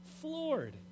Floored